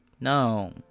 No